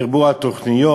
דיברו על תוכניות,